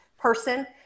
person